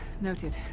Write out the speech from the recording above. Noted